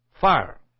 Fire